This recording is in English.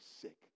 sick